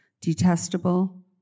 detestable